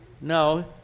no